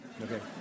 Okay